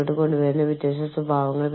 ഇതിനെക്കുറിച്ച് ഞാൻ ഇതിനകം സംസാരിച്ചു